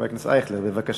בבקשה.